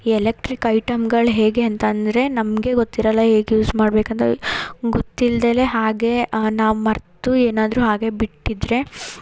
electric ಐಟಮ್ಗಳು ಹೇಗೆ ಅಂತ ಅಂದರೆ ನಮಗೆ ಗೊತ್ತಿರಲ್ಲ ಹೇಗೆ ಯೂಸ್ ಮಾಡಬೇಕಂತ ಗೊತ್ತಿಲ್ದಲೆ ಹಾಗೆ ನಾವು ಮರ್ತು ಏನಾದರು ಹಾಗೆ ಬಿಟ್ಟಿದ್ದರೆ